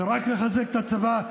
זה רק לחזק את הצבא,